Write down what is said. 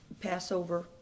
Passover